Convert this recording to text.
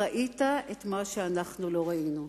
ראית את מה שאנחנו לא ראינו.